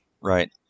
Right